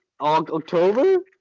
October